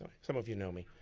some of you know me.